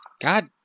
God